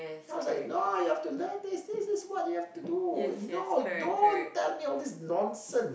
then I was like no you have to learn this this is what you have to do no don't tell me all these nonsense